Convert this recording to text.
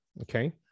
Okay